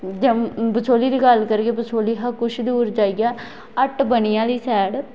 जम बसोहली दी गल्ल करिये बसोहली हा कुछ दूर जाइयै हट्ट बनी आह्ली सैड